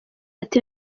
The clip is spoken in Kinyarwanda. ati